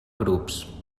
grups